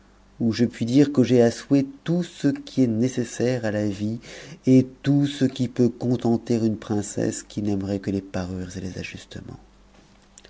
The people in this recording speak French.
où je puis dire que j'ai à souhait tout ce qui est nécessaire à la vie et tout ce qui peut contenter une princesse qui n'aimerait que les parures et les ajustements